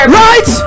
right